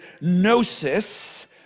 gnosis